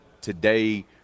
today